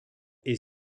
est